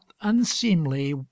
unseemly